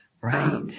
Right